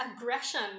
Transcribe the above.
aggression